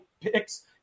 picks